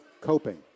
coping